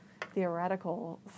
theoretical